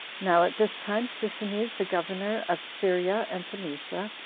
now at this time sisinnes, the governor of syria and phoenicia,